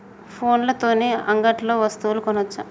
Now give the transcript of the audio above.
ఫోన్ల తోని అంగట్లో వస్తువులు కొనచ్చా?